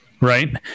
right